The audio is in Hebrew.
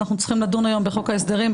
אנחנו צריכים לדון היום בחוק ההסדרים,